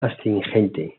astringente